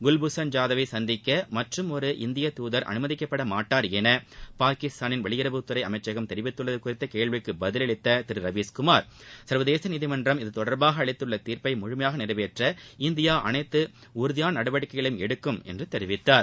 குவ்பூஷன் ஜாதவை சந்திக்க மற்றும் ஒரு இந்திய துதர் அனுமதிக்கப்பட மாட்டார் என பாகிஸ்தானின் வெளியுறவுத்துறை அமைச்சகம் தெரிவித்துள்ளது குறித்த கேள்விக்கு பதிலளித்த திரு ரவீஸ் குமார் சர்வதேச நீதிமன்றம் இது தொடர்பாக அளித்துள்ள தீர்ப்பை முழுமையாக நிறைவேற்ற இந்தியா அனைத்து உறுதியான நடவடிக்கைகளையும் எடுக்கும் என்று தெரிவிததார்